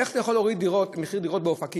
איך אתה יכול להוריד את מחירי הדירות באופקים,